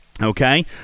Okay